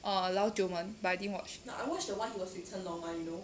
err 老九门 but I didn't watch